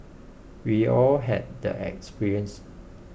we all had that experience